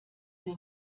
der